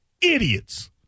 Idiots